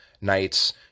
nights